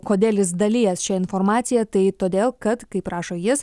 kodėl jis dalijasi šia informacija tai todėl kad kaip rašo jis